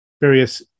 various